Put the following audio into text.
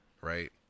right